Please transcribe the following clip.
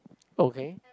okay